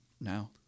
now